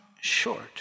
Short